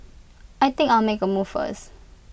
I think I'll make A move first